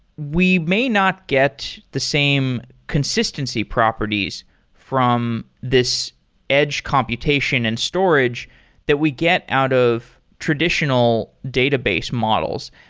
we may not get the same consistency properties from this edge computation and storage that we get out of traditional database models.